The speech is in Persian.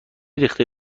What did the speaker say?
ریخته